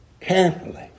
carefully